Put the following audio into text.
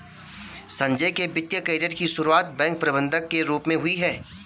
संजय के वित्तिय कैरियर की सुरुआत बैंक प्रबंधक के रूप में हुई